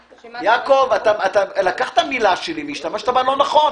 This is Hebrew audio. יעקב אשר, לקחת מילה שלי והשתמשת בה לא נכון.